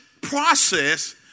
process